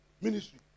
Ministry